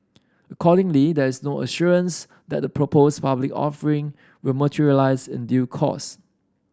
accordingly there is no assurance that the proposed public offering will materialise in due course